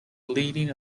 leading